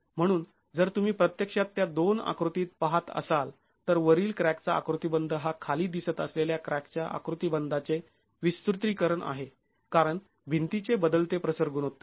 म्हणून जर तुम्ही प्रत्यक्षात त्या दोन आकृतीत पहात असाल तर वरील क्रॅकचा आकृतिबंध हा खाली दिसत असलेल्या क्रॅकच्या आकृतिबंधाचे विस्तृतीकरण आहे कारण भिंतीचे बदलते प्रसर गुणोत्तर